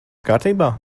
kārtībā